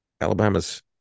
Alabama's